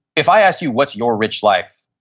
if i ask you what's your rich life,